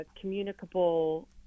communicable